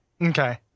Okay